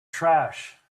trash